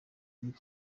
bakora